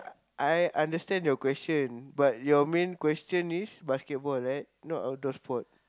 I understand your question but your main question is basketball right not outdoor sport